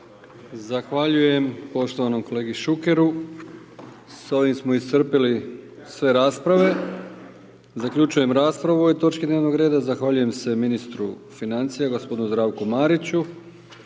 Zahvaljujem poštovanom kolegi Šukeru. S ovim smo iscrpili sve rasprave. Zaključujem raspravu o ovoj točki dnevnoga reda. Zahvaljujem se ministru financija gospodinu Zdravku Mariću,